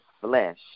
flesh